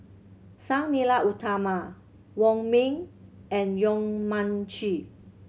Sang Nila Utama Wong Ming and Yong Mun Chee